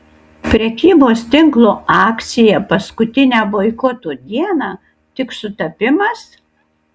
prekybos tinklo akcija paskutinę boikoto dieną tik sutapimas